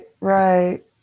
right